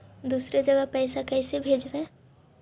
दुसरे जगह पैसा कैसे भेजबै?